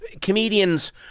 Comedians